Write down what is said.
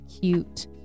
cute